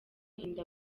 inda